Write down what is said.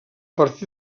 partir